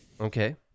Okay